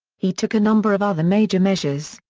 he took a number of other major measures,